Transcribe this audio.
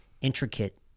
intricate